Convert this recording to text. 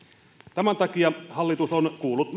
tämän takia hallitus on kuullut